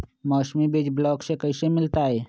मौसमी बीज ब्लॉक से कैसे मिलताई?